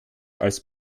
als